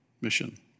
mission